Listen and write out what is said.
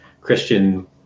Christian